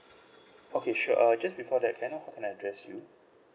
okay sure uh just before that can I know how can I address you